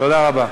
תודה רבה.